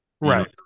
Right